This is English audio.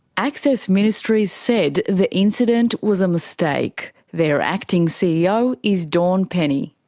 access ministries said the incident was a mistake. their acting ceo is dawn penney.